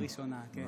פעם ראשונה, כן.